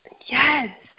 Yes